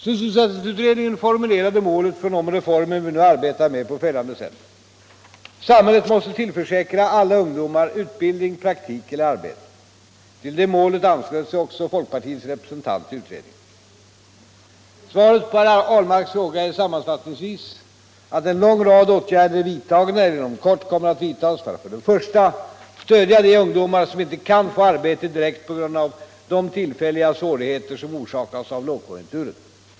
Sysselsättningsutredningen formulerade målet för de reformer vi nu arbetar med på följande sätt: ”Samhället måste tillförsäkra alla ungdomar utbildning, praktik eller arbete.” Till det målet anslöt sig också folkpartiets representant i utredningen. Svaret på herr Ahlmarks fråga är sammanfattningsvis att en lång rad åtgärder är vidtagna eller inom kort kommer att vidtagas för att för det första stödja de ungdomar som inte kan få arbete direkt på grund av de tillfälliga svårigheter som orsakas av lågkonjunkturen.